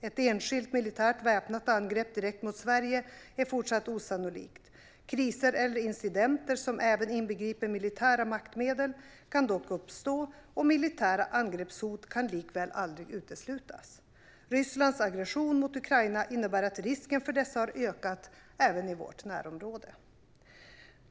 Ett enskilt militärt väpnat angrepp direkt mot Sverige är fortsatt osannolikt. Kriser eller incidenter som även inbegriper militära maktmedel kan dock uppstå och militära angreppshot kan likväl aldrig uteslutas. Rysslands aggression mot Ukraina innebär att risken för dessa har ökat, även i vårt närområde."